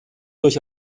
durch